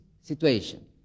situation